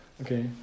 okay